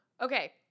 Okay